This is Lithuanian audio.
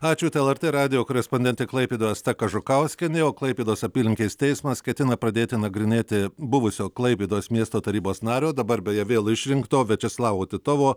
ačiū tai lrt radijo korespondentė klaipėdoje asta kažukauskienė o klaipėdos apylinkės teismas ketina pradėti nagrinėti buvusio klaipėdos miesto tarybos nario dabar beje vėl išrinkto viačeslavo titovo